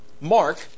Mark